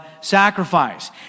sacrifice